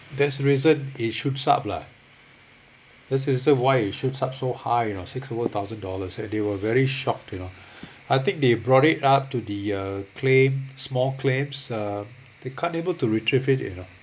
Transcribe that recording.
that's the reason it should shoots lah this is why it shoots so high you know six over thousand dollars and they were very shocked you know I think they brought it up to the uh claim small claims uh they can't able to retrieve it you know